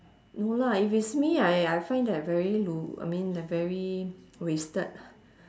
no lah if it's me I I find that very 鲁：lu I mean very wasted